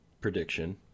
prediction